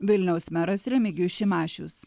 vilniaus meras remigijus šimašius